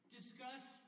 discuss